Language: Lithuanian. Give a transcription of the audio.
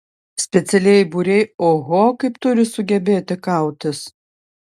specialieji būriai oho kaip turi sugebėti kautis